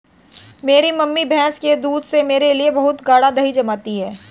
मेरी मम्मी भैंस के दूध से मेरे लिए बहुत ही गाड़ा दही जमाती है